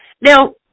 Now